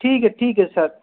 ठीक है ठीक है सर